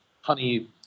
honey